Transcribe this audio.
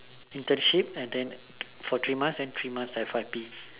internship and then for three months then three months F Y P